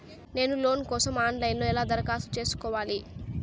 నేను లోను కోసం online లో ఎలా దరఖాస్తు ఎలా సేసుకోవాలి?